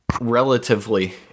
Relatively